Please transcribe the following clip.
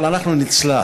אבל אנחנו נצלח,